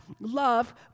love